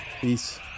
Peace